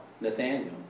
Nathaniel